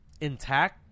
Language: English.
intact